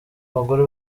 bagore